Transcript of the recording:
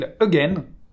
again